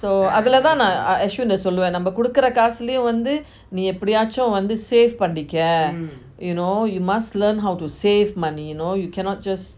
so அதுல தான் நான்:athula thaan naan ashwin eh சொல்லுவான் நம்ம குடுக்குற காசுல வந்து நீ எப்பிடியாட்சி வந்து:soluvan namma kudukura kaasula vanthu nee epidiyaachi vanthu save பணிக்க:panika you know you must learn how to save money you know you cannot just